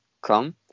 come